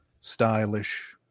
stylish